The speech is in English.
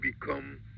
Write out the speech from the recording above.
become